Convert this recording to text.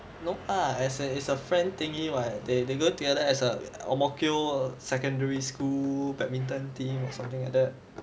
no ah as it is a friend thingy right they they go together as a ang mo kio secondary school badminton team or something like that